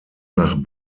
nach